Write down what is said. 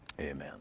Amen